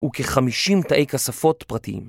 וכ-50 תאי כספות פרטיים